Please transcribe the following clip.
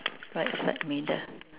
right side middle